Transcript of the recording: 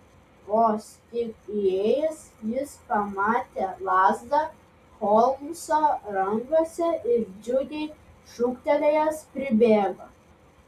vos tik įėjęs jis pamatė lazdą holmso rankose ir džiugiai šūktelėjęs pribėgo